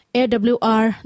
awr